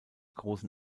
großen